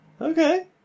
okay